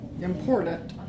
important